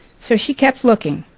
so she kept looking.